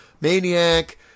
Maniac